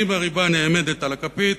אם הריבה נעמדת על הכפית,